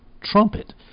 trumpet